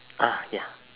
ah ya